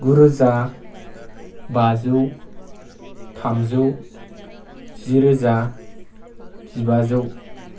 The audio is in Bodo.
गुरोजा बाजौ थामजौ जिरोजा जिबाजौ